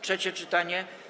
Trzecie czytanie.